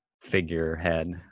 figurehead